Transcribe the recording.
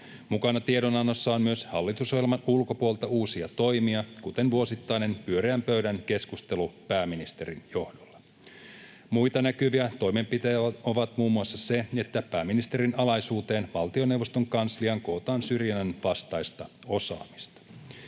Mukana tiedonannossa on myös hallitusohjelman ulkopuolelta uusia toimia, kuten vuosittainen pyöreän pöydän keskustelu pääministerin johdolla. Muita näkyviä toimenpiteitä on muun muassa se, että pääministerin alaisuuteen valtioneuvoston kansliaan kootaan syrjinnänvastaista osaamista.